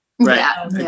right